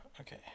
Okay